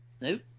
Nope